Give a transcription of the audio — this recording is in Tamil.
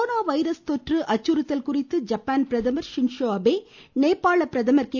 கொரோனா வைரஸ் தொற்று அச்சுறுத்தல் குறித்து ஜப்பான் பிரதமர் ஷின் ஷோ அபே நேபாள பிரதமர் கே